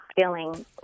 feeling